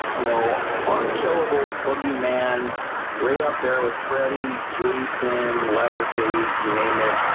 you know on killable boogeyman right up there with freddy jason leatherface you name it?